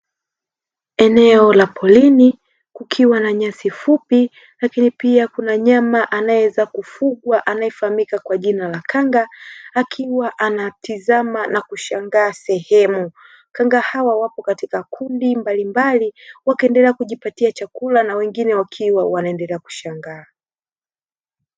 Eneo la poleni kukiwa na nyasi fupi, lakini pia kuna nyama anayeweza kufugwa anayefahamika kwa jina la kanga akiwa anatizama na kushangaa sehemu, kanga hawa wapo katika kundi mbali mbali wakaendelea kujipatia chakula na wengine wakiwa wanaendelea kushangaa.